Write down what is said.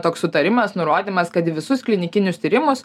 toks sutarimas nurodymas kad visus klinikinius tyrimus